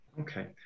Okay